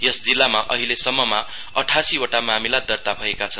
यस जिल्लामा अहिलेसम्ममा अठासीवटा मामिला दर्ता भएका छन्